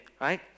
Right